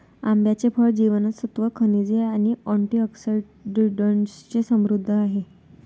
आंब्याचे फळ जीवनसत्त्वे, खनिजे आणि अँटिऑक्सिडंट्सने समृद्ध आहे